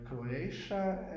Croatia